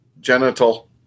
Genital